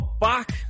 back